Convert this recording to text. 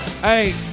Hey